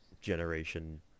generation